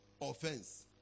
offense